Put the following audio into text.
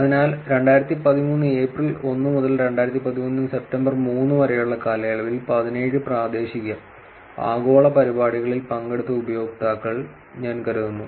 അതിനാൽ 2013 ഏപ്രിൽ 1 മുതൽ 2013 സെപ്റ്റംബർ 3 വരെയുള്ള കാലയളവിൽ 17 പ്രാദേശിക ആഗോള പരിപാടികളിൽ പങ്കെടുത്ത ഉപയോക്താക്കൾ ഞാൻ കരുതുന്നു